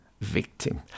victim